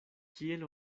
kiel